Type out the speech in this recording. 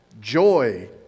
joy